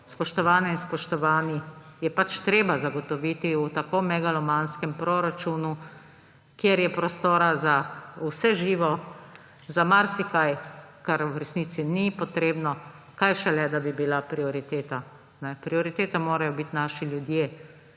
spoštovane in spoštovani, je treba zagotoviti v tako megalomanskem proračunu, kjer je prostora za vse živo, za marsikaj, kar v resnici ni potrebno, kaj šele da bi bila prioriteta. Prioriteta morajo biti naši ljudje,